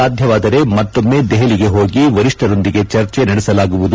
ಸಾಧ್ಯವಾದರೆ ಮತ್ತೊಮ್ನೆ ದೆಹಲಿಗೆ ಹೋಗಿ ವರಿಷ್ಣರೊಂದಿಗೆ ಚರ್ಚೆ ನಡೆಸಲಾಗುವುದು